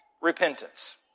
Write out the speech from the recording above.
repentance